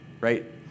right